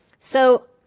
so,